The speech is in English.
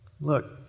Look